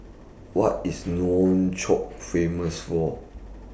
What IS Nouakchott Famous For